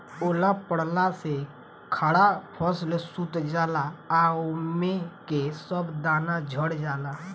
ओला पड़ला से खड़ा फसल सूत जाला आ ओमे के सब दाना झड़ जाला